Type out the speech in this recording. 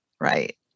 Right